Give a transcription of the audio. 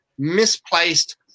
misplaced